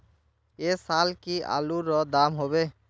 ऐ साल की आलूर र दाम होबे?